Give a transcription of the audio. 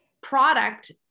product